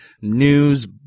news